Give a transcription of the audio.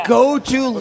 go-to